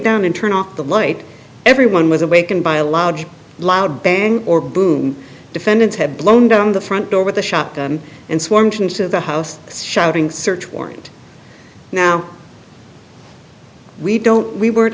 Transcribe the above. down and turn out the light everyone was awakened by a loud loud bang or boom defendants had blown down the front door with a shotgun and swarmed into the house shouting search warrant now we don't we weren't